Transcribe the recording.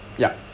ya